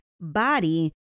body